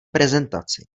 prezentaci